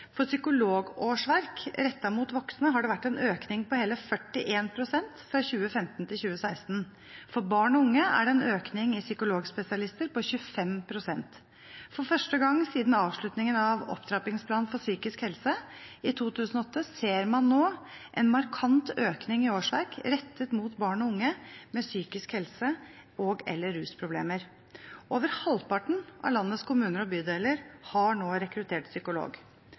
For psykologårsverk rettet mot voksne har det vært en økning på hele 41 pst. fra 2015 til 2016. For barn og unge er det en økning av psykologspesialister på 25 pst. For første gang siden avslutningen av Opptrappingsplanen for psykisk helse i 2008 ser man nå en markant økning i årsverk rettet mot barn og unge med psykiske helseproblemer og/eller rusproblemer. Over halvparten av landets kommuner og bydeler har nå rekruttert psykolog.